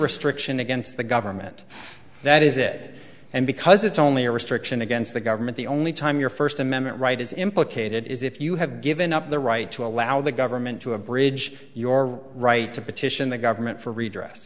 restriction against the government that is it and because it's only a restriction against the government the only time your first amendment right is implicated is if you have given up the right to allow the government to abridge your right to petition the government for redress